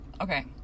Okay